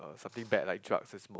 uh something bad like drugs and smoke